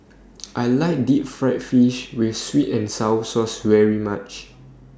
I like Deep Fried Fish with Sweet and Sour Sauce very much